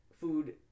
food